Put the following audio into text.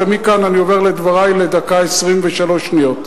ומכאן אני עובר לדברי, לדקה ו-23 שניות.